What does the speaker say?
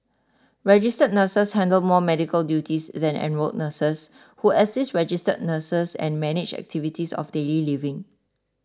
registered nurses handle more medical duties than enrolled nurses who assist registered nurses and manage activities of daily living